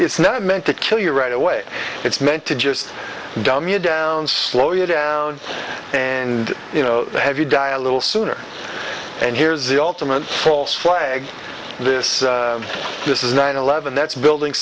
it's not meant to kill you right away it's meant to just dumb you down slow you down and you know have you die a little sooner and here's the ultimate false flag this this is nine eleven that's building